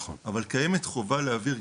קיימת חובה להעביר.